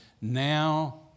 now